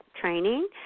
training